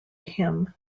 him